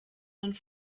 man